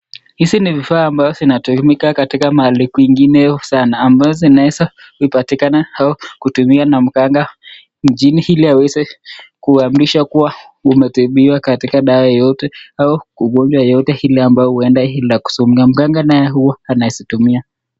Hizi ni vifaa ambazo zinatumika katika mahali kwingineo sana ambazo zinaweza kupatikana au kutumiwa na mganga mjini ili aweze kuamrisha kuwa umetibiwa katika dawa yoyote au ugonjwa wowote ule ambao huenda inakusumbua. Mganga naye huwa anazitumia.